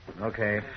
Okay